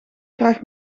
graag